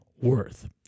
worth